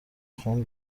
خون